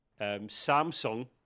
Samsung